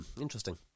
interesting